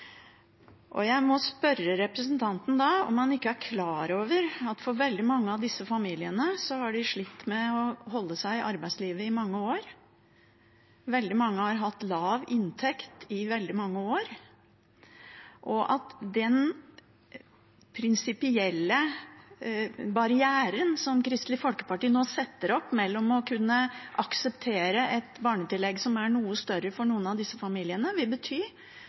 bedre. Jeg må spørre representanten om han ikke er klar over at veldig mange av disse familiene har slitt med å holde seg i arbeidslivet i mange år. Veldig mange har hatt lav inntekt i veldig mange år, og den prinsipielle barrieren som Kristelig Folkeparti nå setter opp for å kunne akseptere et noe større barnetillegg for noen av disse familiene,